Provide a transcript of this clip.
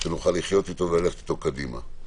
שנוכל לחיות איתו וללכת איתו קדימה.